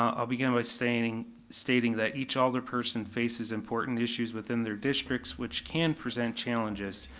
um i'll begin with stating stating that each alderperson faces important issues within their districts which can present challenges.